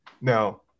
Now